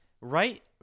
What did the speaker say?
Right